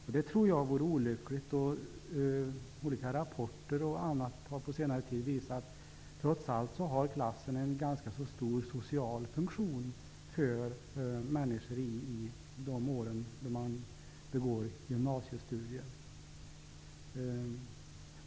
Jag tror att det vore olyckligt. Olika rapporter och annat har på senare tid visat att klassen trots allt har en ganska stor social funktion för människor under de år då man begår gymnasiestudier.